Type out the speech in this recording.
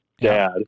dad